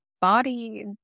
body